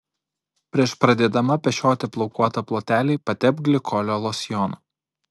prieš pradėdama pešioti plaukuotą plotelį patepk glikolio losjonu